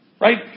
Right